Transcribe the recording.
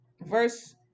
verse